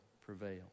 prevail